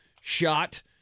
shot